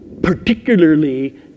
particularly